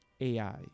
AI